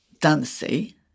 Dancy